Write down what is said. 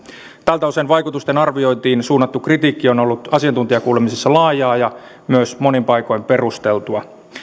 tältä osin vaikutusten arviointiin suunnattu kritiikki on ollut asiantuntijakuulemisissa laajaa ja myös monin paikoin perusteltua